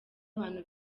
abantu